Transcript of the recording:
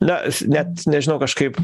na net nežinau kažkaip